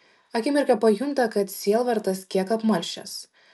akimirką pajunta kad sielvartas kiek apmalšęs